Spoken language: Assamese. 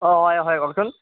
অঁ হয় হয় কওকচোন